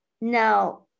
Now